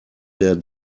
der